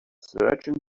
searching